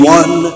one